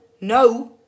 no